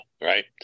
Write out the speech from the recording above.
right